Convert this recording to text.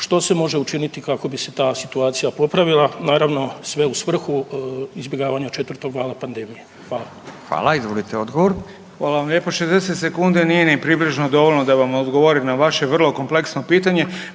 Što se može učiniti kako bi se ta situacija popravila, naravno sve u svrhu izbjegavanja četvrtog vala pandemije? Hvala. **Beroš, Vili (HDZ)** Hvala vam lijepo. 60 sekundi nije ni približno dovoljno da vam odgovorim na vaše vrlo kompleksno pitanje.